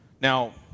Now